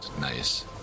nice